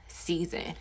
season